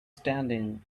standing